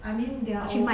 I mean there are al~